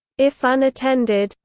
if unattended,